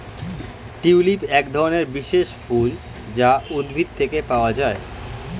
tulip একধরনের বিশেষ ফুল যা উদ্ভিদ থেকে পাওয়া যায়